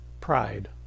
pride